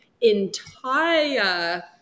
entire